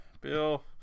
bill